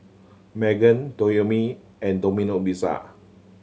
Megan Toyomi and Domino Pizza